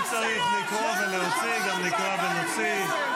אם צריך לקרוא ולהוציא, גם נקרא ונוציא.